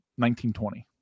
1920